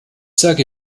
sage